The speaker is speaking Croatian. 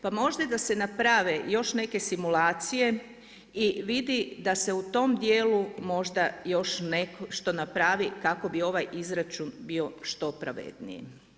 Pa možda da se naprave još neke simulacije i vidi da se u tom dijelu možda još nešto napravi kako bi ovaj izračun bio što pravedniji.